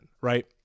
right